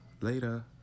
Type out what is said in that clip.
Later